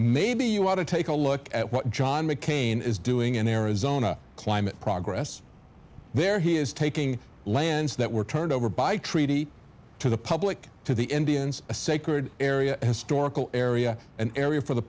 maybe you ought to take a look at what john mccain is doing in arizona climate progress there he is taking lands that were turned over by treaty to the public to the indians a sacred area historical area an area for the